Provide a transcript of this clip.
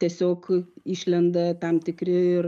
tiesiog išlenda tam tikri ir